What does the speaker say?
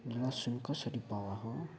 लसुन कसरी पावा हो